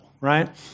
right